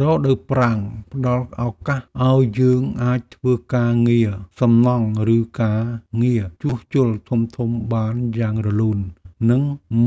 រដូវប្រាំងផ្តល់ឱកាសឱ្យយើងអាចធ្វើការងារសំណង់ ឬការងារជួសជុលធំៗបានយ៉ាងរលូន និង